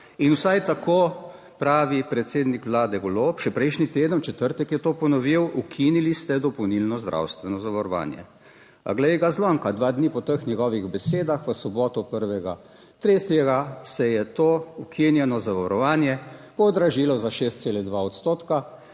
in vsaj tako pravi predsednik vlade Golob še prejšnji teden, v četrtek je to ponovil, ukinili ste dopolnilno zdravstveno zavarovanje. A glej ga zlomka, dva dni po teh njegovih besedah, v soboto, prvega tretjega, se je to ukinjeno zavarovanje podražilo za 6,2 odstotka